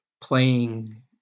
playing